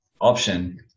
option